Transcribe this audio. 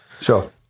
Sure